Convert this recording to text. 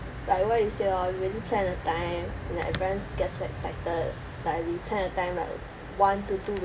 like what you said lor we really plan a time and everyone's gets excited but we plan a time like one to two